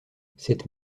cette